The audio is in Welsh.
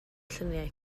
lluniau